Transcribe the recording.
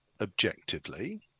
objectively